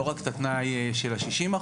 לא רק את התנאי של ה-60%.